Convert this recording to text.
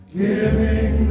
giving